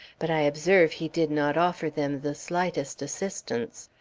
but i observed he did not offer them the slightest assistance.